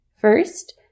First